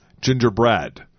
gingerbread